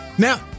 now